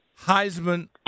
Heisman